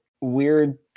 weird